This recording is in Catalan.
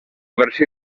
versió